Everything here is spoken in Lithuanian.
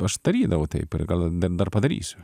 aš darydavau taip ir gal dar dar padarysiu